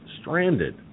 stranded